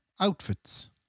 outfits